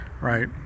right